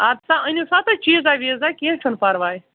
اَدٕ سا أنِو سا تُہۍ چیٖزا ویٖزا کیٚنٛہہ چھُنہٕ پَرواے